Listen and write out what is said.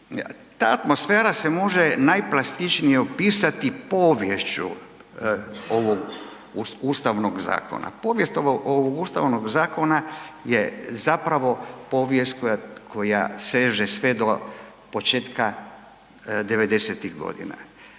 Ta atmosfera se može najplastičnije opisati poviješću ovog Ustavnog zakona. Povijest ovog Ustavnog zakona je zapravo povijest koja seže sve do početka 90-ih